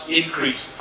increase